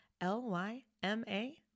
L-Y-M-A